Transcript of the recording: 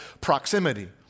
proximity